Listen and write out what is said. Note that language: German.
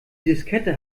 diskette